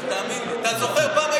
תאמין לי שיש לי יותר עבודה מהם.